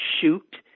shoot